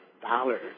dollars